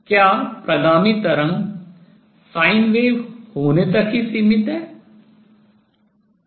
क्या प्रगामी तरंग sin wave ज्या तरंग होने तक ही सीमित है